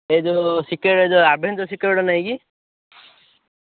ସେ ଯେଉଁ ସିକ୍ରେଟ୍ ଯେଉଁ ଆଭେଞ୍ଜର୍ ସିକ୍ରେଟ୍ ନାହିଁ କି